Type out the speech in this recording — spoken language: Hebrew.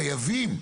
חייבים.